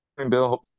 Bill